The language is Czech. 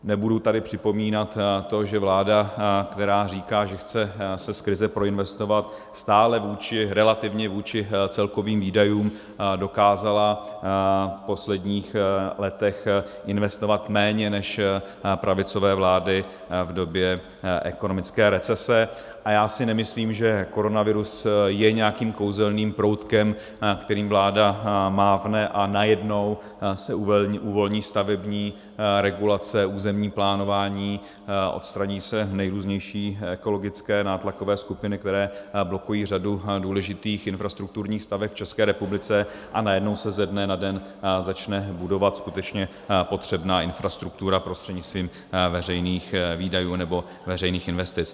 Nebudu tady připomínat to, že vláda, která říká, že chce se z krize proinvestovat, stále vůči, relativně vůči celkovým výdajům dokázala v posledních letech investovat méně než pravicové vlády v době ekonomické recese, a já si nemyslím, že koronavirus je nějakým kouzelným proutkem, kterým vláda mávne a najednou se uvolní stavební regulace, územní plánování, odstraní se nejrůznější ekologické nátlakové skupiny, které blokují řadu důležitých infrastrukturních staveb v České republice, a najednou se ze dne na den začne budovat skutečně potřebná infrastruktura prostřednictvím veřejných výdajů nebo veřejných investic.